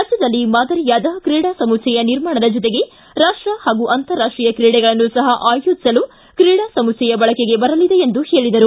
ರಾಜ್ಯದಲ್ಲಿ ಮಾದರಿಯಾದ ಕ್ರೀಡಾ ಸಮುಚ್ಚಯ ನಿರ್ಮಾಣದ ಜೊತೆಗೆ ರಾಪ್ಟ ಹಾಗೂ ಅಂತರಾಷ್ಟೀಯ ಕ್ರೀಡೆಗಳನ್ನು ಸಹ ಆಯೋಜಿಸಲು ಕ್ರೀಡಾ ಸಮುಚ್ಚಯ ಬಳಕೆಗೆ ಬರಲಿದೆ ಎಂದು ಹೇಳಿದರು